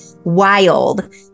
wild